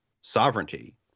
sovereignty